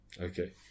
Okay